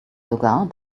sogar